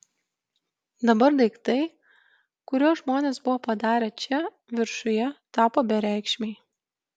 dabar daiktai kuriuos žmonės buvo padarę čia viršuje tapo bereikšmiai